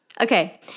Okay